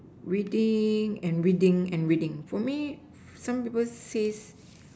reading and reading and reading for me some people says